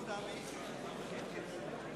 מצביע